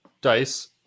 dice